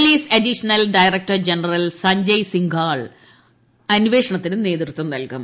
police additional director general Sanjay Singhal അന്വേഷണത്തിന് നേതൃത്വം നൽകും